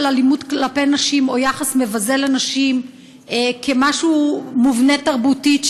אלימות כלפי נשים או יחס מבזה לנשים כמשהו מובנה תרבותית,